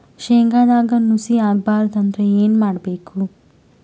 ಶೇಂಗದಾಗ ನುಸಿ ಆಗಬಾರದು ಅಂದ್ರ ಏನು ಮಾಡಬೇಕು?